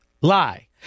Lie